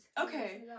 okay